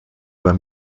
war